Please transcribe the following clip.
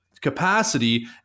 capacity